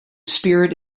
spirit